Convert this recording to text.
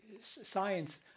science